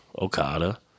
Okada